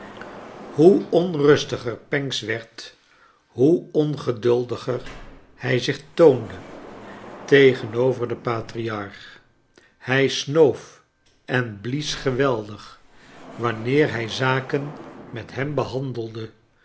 hoe onrustiger pancks werd hoe ongeduldiger hij zich toonde tegenover den patriarch hij snoof en blies geweldig wanneer hij zaken met hem behandelde